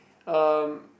um